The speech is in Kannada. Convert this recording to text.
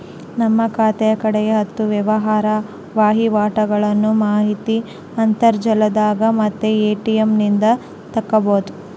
ನಿಮ್ಮ ಖಾತೆಗ ಕಡೆಗ ಹತ್ತು ವ್ಯವಹಾರ ವಹಿವಾಟುಗಳ್ನ ಮಾಹಿತಿ ಅಂತರ್ಜಾಲದಾಗ ಮತ್ತೆ ಎ.ಟಿ.ಎಂ ನಿಂದ ತಕ್ಕಬೊದು